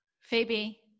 Phoebe